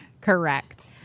Correct